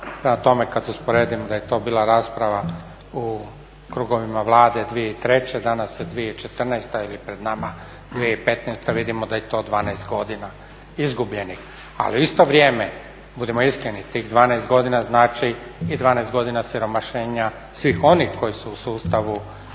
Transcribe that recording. prema tome kada usporedimo da je to bila rasprava u krugovima Vlade 2003. danas je 2014. ili pred nama 2015., vidimo da je to 12 godina izgubljenih. Ali u isto vrijeme, budimo iskreni tih 12 godina znači i 12 godina siromašenja svih onih koji su u sustavu